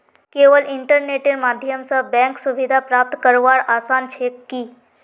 केवल इन्टरनेटेर माध्यम स बैंक सुविधा प्राप्त करवार आसान छेक की